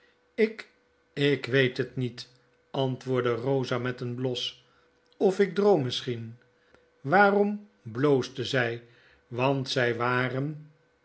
lk ik weet het met antwoordde eosa met een bios of ik droom misschien waarom bloosde zy want zy waren